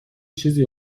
چیزی